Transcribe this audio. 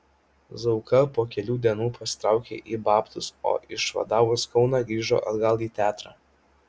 zauka po kelių dienų pasitraukė į babtus o išvadavus kauną grįžo atgal į teatrą